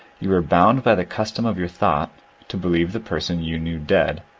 you are bound by the custom of your thought to believe the person you knew dead,